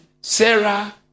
Sarah